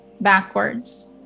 backwards